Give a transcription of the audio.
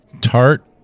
Tart